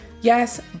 yes